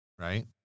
Right